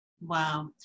Wow